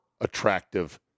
attractive